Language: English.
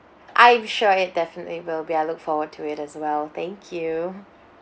I'm sure it definitely will be I look forward to it as well thank you